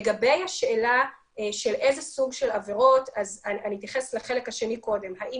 לגבי השאלה איזה סוג של עבירות אני אתייחס לחלק השני קודם האם